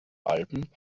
alben